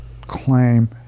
claim